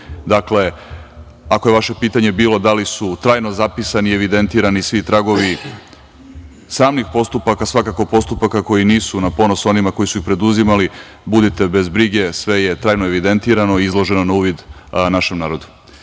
formi. Dakle, ako je vaše pitanje bilo, da li su trajno zapisani i evidentirani svi tragovi samih postupaka, svakako postupaka koji nisu na ponos onima koji su ih preduzimali, budite bez brige, sve je trajno evidentirano i izloženo na uvid našem narodnu.